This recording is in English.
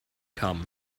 come